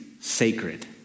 Sacred